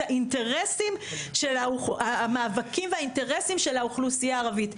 האינטרסים של המאבקים והאינטרסים של האוכלוסייה הערבית,